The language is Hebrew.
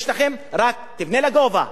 יש לכם רק: תבנה לגובה.